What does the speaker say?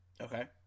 okay